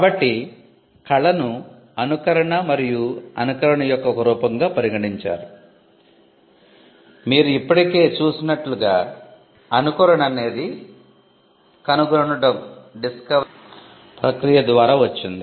కాబట్టి కళను అనుకరణ మరియు అనుకరణ యొక్క ఒక రూపంగా పరిగణించారు మీరు ఇప్పటికే చూసినట్లుగా అనుకరణ అనేది కనుగొనటం అనే ప్రక్రియ ద్వారా వచ్చింది